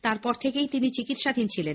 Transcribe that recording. তারপর থেকেই তিনি চিকিৎসাধীন ছিলেন